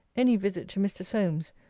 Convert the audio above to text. any visit to mr. solmes,